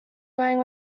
going